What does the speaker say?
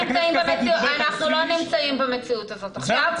אנחנו לא נמצאים במציאות הזאת עכשיו.